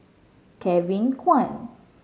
Kevin Kwan